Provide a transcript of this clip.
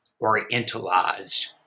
Orientalized